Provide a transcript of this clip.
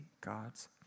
God's